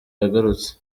yagarutse